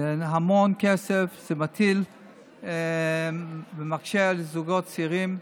זה המון כסף, וזה מקשה על זוגות צעירים.